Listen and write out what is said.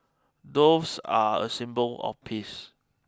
doves are a symbol of peace